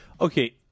Okay